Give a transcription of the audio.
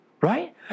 Right